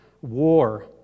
war